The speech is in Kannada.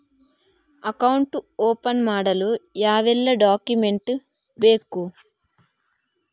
ಅಕೌಂಟ್ ಓಪನ್ ಮಾಡಲು ಯಾವೆಲ್ಲ ಡಾಕ್ಯುಮೆಂಟ್ ಬೇಕು?